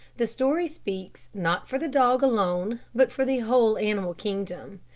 the story speaks not for the dog alone, but for the whole animal kingdom.